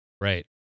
Right